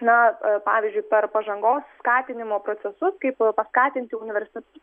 na pavyzdžiui per pažangos skatinimo procesus kaip paskatinti universitetus